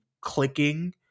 clicking